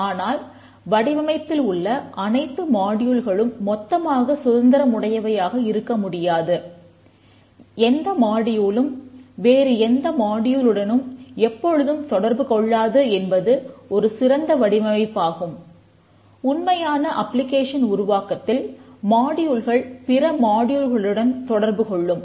ஆனால் வடிவமைப்பில் உள்ள அனைத்து மாடியூல்களும் தொடர்பு கொள்ளும்